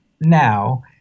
now